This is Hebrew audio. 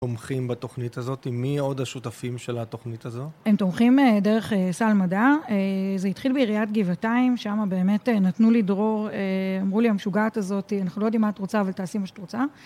תומכים בתוכנית הזאת, מי עוד השותפים של התוכנית הזאת? הם תומכים דרך סל מדע, זה התחיל בעיריית גבעתיים, שמה באמת נתנו לי דרור, אמרו לי המשוגעת הזאת, אנחנו לא יודעים מה את רוצה אבל תעשי מה שאת רוצה.